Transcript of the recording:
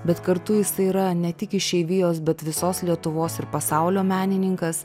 bet kartu jisai yra ne tik išeivijos bet visos lietuvos ir pasaulio menininkas